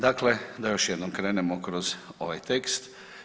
Dakle, da još jednom krenemo kroz ovaj tekst.